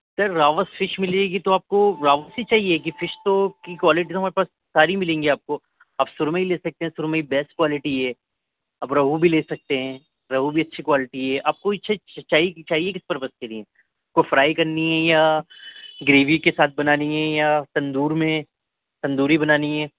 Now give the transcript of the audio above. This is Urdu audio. سر راوس فش ملےگی تو آپ کو راوس چاہیے کہ فش تو کی کوالٹی ہمارے پاس ساری ملیں گی آپ کو آپ سرمئی لے سکتے ہیں سرمئی بیسٹ کوالٹی ہے آپ رہو بھی لے سکتے ہیں رہو بھی اچھی کوالٹی ہے آپ کو اچھا چاہیے چاہیے کس پرپز کے لیے پ کو فرائی کرنی ہے یا گریوی کے ساتھ بنانی ہے یا تندور میں تندوری بنانی ہے